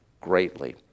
greatly